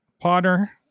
potter